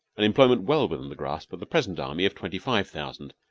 an employment well within the grip of the present army of twenty-five thousand,